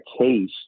case